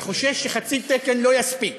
אני חושש שחצי תקן לא יספיק.